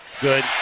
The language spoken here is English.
good